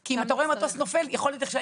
כי אם אתה רואה מטוס נופל יכול להיות שיהיה